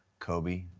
kobe,